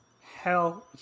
Hell